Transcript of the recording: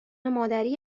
مادری